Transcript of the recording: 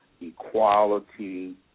equality